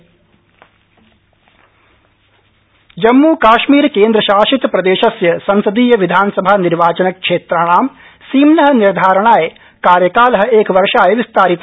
परिसीमन योग जम्मू काश्मीर केन्द्रशासित प्रदेशस्य संसदीय विधानसभा निर्वाचनक्षेत्राणां सीम्न निर्धारणाय कार्यकाल एकवर्षाय विस्तारित